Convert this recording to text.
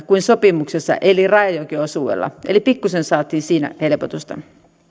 kuin sopimuksessa eli rajajokiosuudella eli pikkusen saatiin siinä helpotusta